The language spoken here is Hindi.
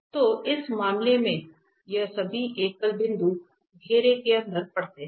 तो इस मामले में ये सभी एकल बिंदु घेरे के अंदर पड़े हुए हैं